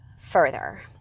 further